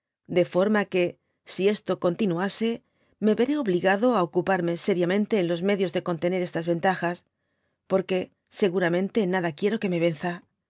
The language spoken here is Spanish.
de forma que si esto continuase me veré obligado á ocuparme seriamente en los medios de contener estas ventajas porque seguramente en nada quiero que me venza